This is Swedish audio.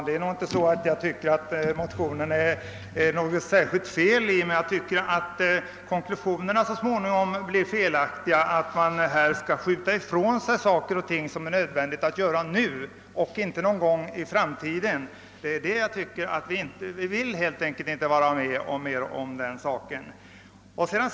Herr talman! Jag tycker nog inte att det är något särskilt fel på centerpartiets motioner, men jag menar att konklusionerna så småningom blir felaktiga när man vill skjuta ifrån sig saker och ting, som det är nödvändigt att göra nu och inte någon gång i framtiden. Vi vill helt enkelt inte vara med om något sådant.